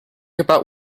about